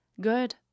good